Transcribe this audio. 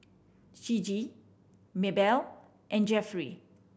Ciji Maebelle and Jeffery